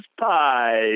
pie